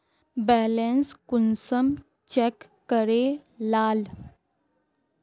Balance कुंसम check करे लाल?